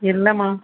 என்னமா